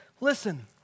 listen